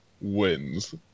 wins